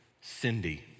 Cindy